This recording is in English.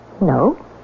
No